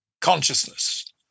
consciousness